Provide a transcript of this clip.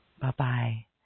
Bye-bye